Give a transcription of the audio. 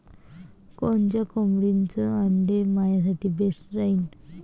कोनच्या कोंबडीचं आंडे मायासाठी बेस राहीन?